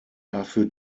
dafür